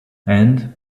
and